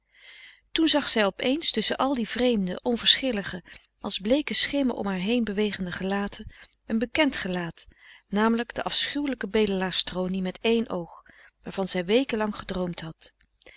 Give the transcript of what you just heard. toen zag zij op eens tusschen al die vreemde onverschillige als bleeke schimmen om haar heen bewegende gelaten een bekend gelaat namelijk de afschuwelijke bedelaars tronie met één oog waarvan zij weken lang gedroomd had